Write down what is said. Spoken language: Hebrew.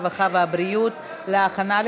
הרווחה והבריאות להכנה,